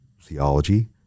theology